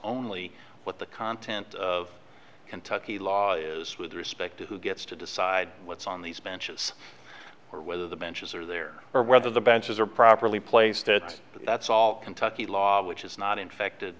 only what the content of kentucky law is with respect to who gets to decide what's on these benches or whether the benches are there or whether the benches are properly placed that that's all kentucky law which is not infected